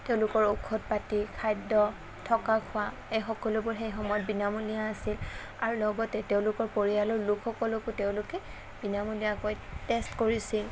তেওঁলোকৰ ঔষধ পাতি খাদ্য় থকা খোৱা এই সকলোবোৰ সেই সময়ত বিনামূলীয়া আছিল আৰু লগতে তেওঁলোকৰ পৰিয়ালৰ লোকসকলকো তেওঁলোকে বিনামূলীয়াকৈ টেষ্ট কৰিছিল